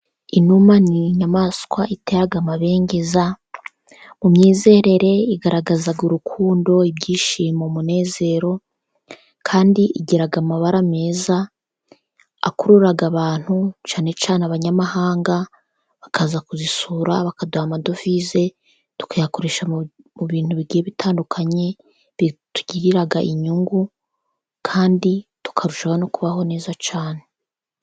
Inuma ni inyamaswa itera amabengeza mu myizerere igaragazaga: urukundo, ibyishimo, umunezero kandi igira amabara meza akurura abantu, cyane cyane abanyamahanga bakaza kuzisura, bakaduha amadovize ,tukayakoresha mu bintu bigiye bitandukanye, bitugirira inyungu kandi tukarushaho no kubaho neza cyane.